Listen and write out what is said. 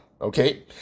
Okay